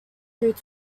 through